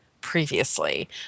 previously